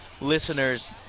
listeners